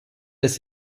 des